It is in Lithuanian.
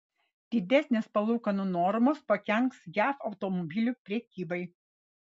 didesnės palūkanų normos pakenks jav automobilių prekybai